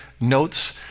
notes